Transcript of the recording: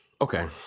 Okay